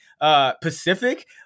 Pacific